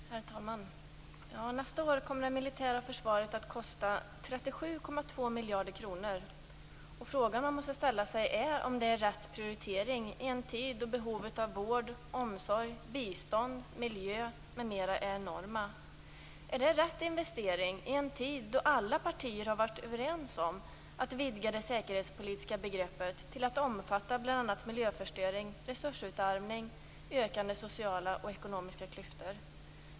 Herr talman! Nästa år kommer det militära försvaret att kosta 37,2 miljarder kronor. Frågan är om detta är en rätt prioritering i en tid då behoven inom vård, omsorg, bistånd, miljö m.m. är enorma. Är detta rätt investering i en tid då alla partier har varit överens om att vidga det säkerhetspolitiska begreppet till att omfatta bl.a. miljöförstöring, resursutarmning, ökande sociala och ekonomiska klyftor?